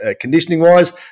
conditioning-wise